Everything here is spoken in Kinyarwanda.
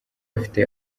afite